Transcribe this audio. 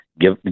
give